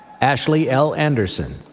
ashley l. anderson,